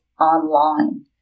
online